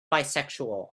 bisexual